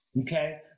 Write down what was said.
okay